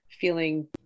feeling